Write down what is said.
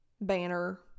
banner